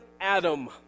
Adam